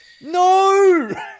No